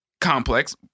complex